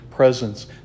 Presence